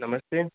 नमस्ते